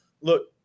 look